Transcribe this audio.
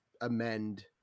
amend